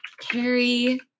Carrie